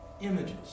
images